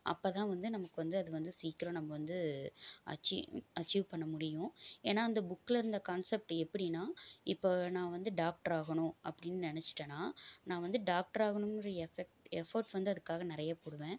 அப்போ தான் வந்து நமக்கு வந்து அது வந்து சீக்கிரோம் நம்ம வந்து அச்சீ அச்சீவ் பண்ண முடியும் ஏன்னால் அந்த புக்கில் இருந்த கான்செப்ட் எப்படின்னா இப்போ நான் வந்து டாக்டர் ஆகணும் அப்படின்னு நெனச்சுட்டனா நான் வந்து டாக்டர் ஆகணுன்ற எஃபெக்ட் எஃபோர்ட் வந்து அதுக்காக நிறைய போடுவேன்